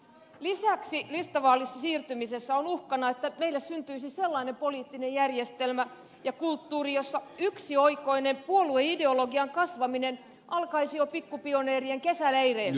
lisäksi listavaaliin siirtymisessä on uhkana että meille syntyisi sellainen poliittinen järjestelmä ja kulttuuri jossa yksioikoinen puolueideologiaan kasvaminen alkaisi jo pikkupioneerien kesäleireiltä